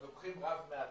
אז לוקחים רב מעתלית,